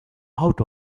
out